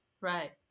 right